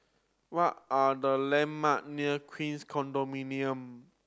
what are the landmark near Queens Condominium